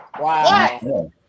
wow